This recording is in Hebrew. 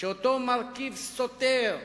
שאותו מרכיב סותר,